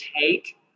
take